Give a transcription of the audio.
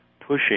pushing